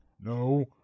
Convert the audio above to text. No